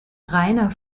reiner